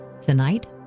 tonight